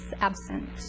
absent